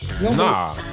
Nah